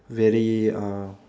very ah